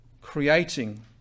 creating